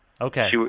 Okay